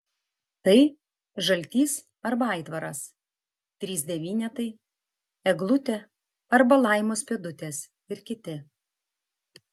tai žaltys arba aitvaras trys devynetai eglutė arba laimos pėdutės ir kiti